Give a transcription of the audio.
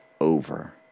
over